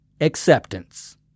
acceptance